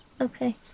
Okay